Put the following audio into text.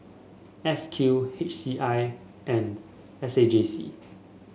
S Q H C I and S A J C